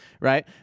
right